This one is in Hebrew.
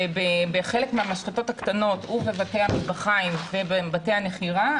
ובחלק מהמשחטות הקטנות ובבתי המטבחיים ובבתי המכירה,